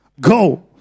go